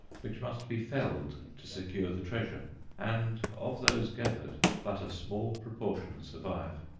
which must be felled to secure the treasure and of those gathered but a small proportion survive.